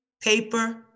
paper